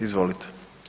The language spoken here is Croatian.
Izvolite.